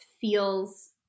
feels